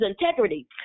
integrity